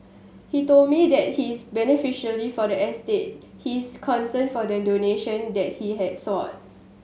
he told me that his beneficiary for the estate his consent for the donation that he has sought